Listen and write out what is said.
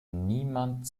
niemand